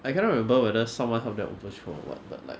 I cannot remember whether someone helped them overthrow or what but like